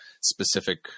specific